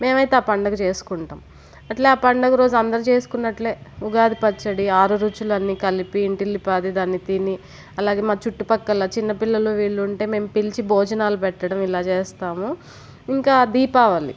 మేమైతే ఆ పండగ చేసుకుంటాం అట్లా పండుగ రోజు అందరు చేసుకున్నట్లే ఉగాది పచ్చడి ఆరు రుచులన్నీ కలిపి ఇంటిల్లిపాది దాన్ని తిని అలాగే మా చుట్టుపక్కల చిన్నపిల్లలు వీళ్ళు ఉంటే మేం పిలిచి భోజనాలు పెట్టడం ఇలా చేస్తాము ఇంకా దీపావళి